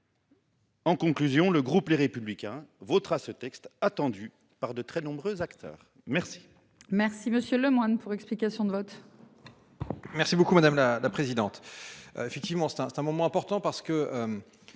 En conclusion, le groupe Les Républicains votera ce texte, qui est attendu par de très nombreux acteurs. La